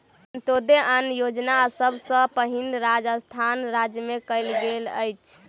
अन्त्योदय अन्न योजना सभ सॅ पहिल राजस्थान राज्य मे कयल गेल छल